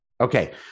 Okay